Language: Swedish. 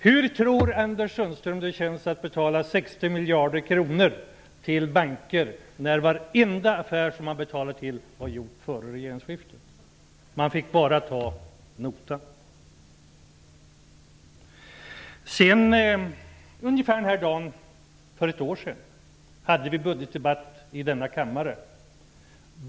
Hur tror Anders Sundström att det kändes att betala 60 miljarder kronor till banker när varenda transaktion var gjord före regeringsskiftet? Man fick bara överta notan. Ungefär på dagen för ett år sedan var det en budgetdebatt i denna kammare.